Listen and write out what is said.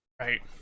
Right